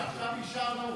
שעכשיו אישרנו